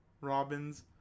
Robin's